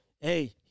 hey